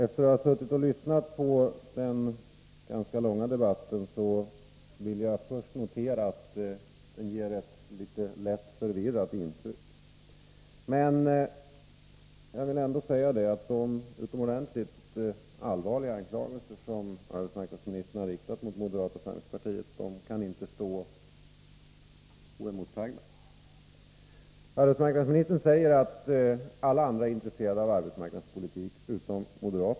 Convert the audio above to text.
Fru talman! Efter att ha lyssnat på den ganska långa debatten vill jag först notera att den ger ett lätt förvirrat intryck. Jag vill ändå säga att de utomordentligt allvarliga anklagelser som arbetsmarknadsministern har riktat mot moderata samlingspartiet inte får stå oemotsagda. Arbetsmarknadsministern säger att alla utom moderaterna är intresserade av arbetsmarknadspolitik.